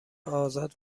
آزاد